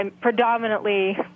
predominantly